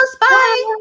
Bye